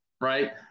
right